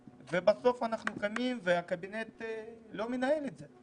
ובסוף אנחנו קמים והקבינט לא מנהל את זה.